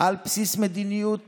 על בסיס מדיניות